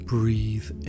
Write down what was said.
Breathe